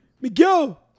Miguel